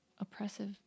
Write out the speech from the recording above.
oppressive